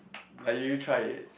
like you try it